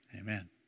Amen